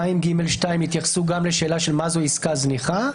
ב-2ג(2) התייחסו גם לשאלה של מה זו עסקה זניחה.